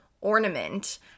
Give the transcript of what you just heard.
ornament